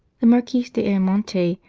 the marquis d ayamonte,